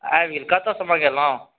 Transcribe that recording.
आबि गेल कतऽसँ मँगेलहुँ